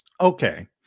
Okay